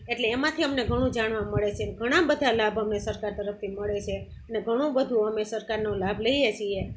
એટલે એમાંથી અમને ઘણું જાણવા મળે છે ઘણા બધા લાભ અમને સરકાર તરફથી મળે છે અને ઘણું બધું અમે સરકારનો લાભ લઈએ છીએ